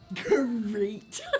Great